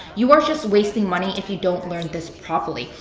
you are just wasting money if you don't learn this properly.